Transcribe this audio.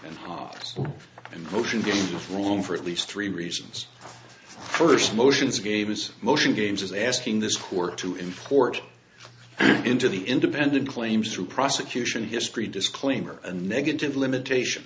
and ocean going wrong for at least three reasons first motions gave us motion games is asking this court to import into the independent claims through prosecution history disclaimer a negative limitation